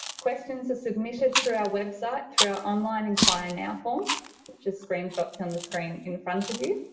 questions are submitted through our website through our online enquire now form which is screenshots on the screen in front of you.